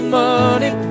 money